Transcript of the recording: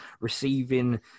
receiving